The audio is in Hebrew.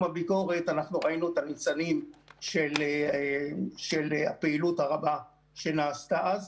הביקורת אנחנו ראינו את הניצנים של הפעילות הרבה שנעשתה אז.